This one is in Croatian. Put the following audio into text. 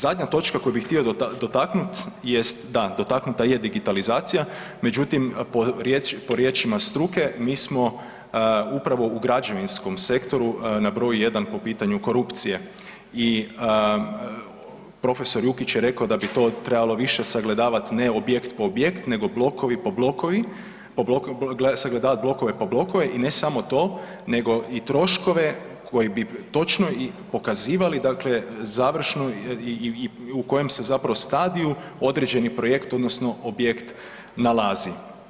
Zadnja točka koju bih htio dotaknut, jest da dotaknuta je digitalizacija, međutim po riječima struke mi smo upravo u građevinskom sektoru na broju 1 po pitanju korupcije i prof. Jukić je rekao da bi to trebalo više sagledavat ne objekt po objekt, nego blokovi po blokovi, sagledavat blokove po blokove i ne samo to nego i troškove koji bi točno pokazivali završno i u kojem su stadiju određeni projekt odnosno objekt nalazi.